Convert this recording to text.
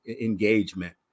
engagement